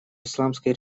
исламской